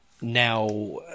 now